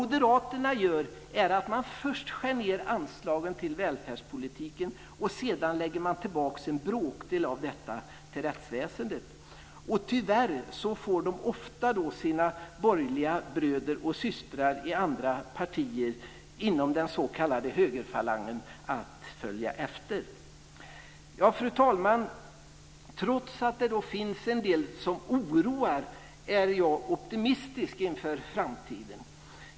Moderaterna skär först ned anslagen till välfärdspolitiken och sedan lägger man tillbaka en bråkdel av detta till rättsväsendet. Tyvärr får de ofta sina borgerliga bröder och systrar i andra partier inom den s.k. högerfalangen att följa efter. Fru talman! Trots att det finns en del som oroar är jag optimistisk inför framtiden.